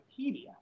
Wikipedia